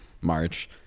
March